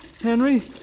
Henry